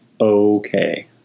okay